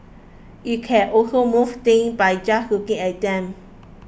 it can also move things by just looking at them